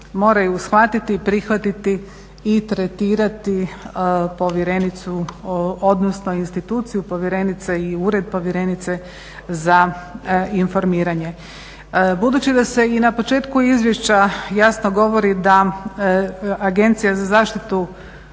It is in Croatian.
moraju shvatiti i prihvatiti i tretirati povjerenicu odnosno instituciju povjerenice i Ured povjerenice za informiranje. Budući da se i na početku izvješća jasno govori da Agencija za zaštitu